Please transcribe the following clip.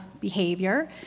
behavior